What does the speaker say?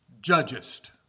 judgest